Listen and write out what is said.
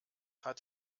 hat